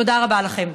תודה רבה לכם.